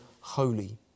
holy